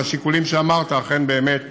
מהשיקולים שאמרת אכן באמת עושים,